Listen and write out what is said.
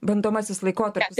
bandomasis laikotarpis